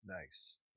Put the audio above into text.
Nice